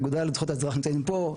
האגודה לזכויות האזרח נמצאים פה,